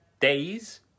days